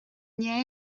ndiaidh